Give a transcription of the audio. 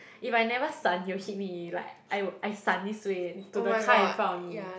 if I never 闪 he will hit me like I will I 闪 this way to the car in front of me